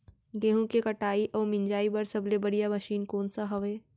गेहूँ के कटाई अऊ मिंजाई बर सबले बढ़िया मशीन कोन सा हवये?